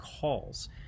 calls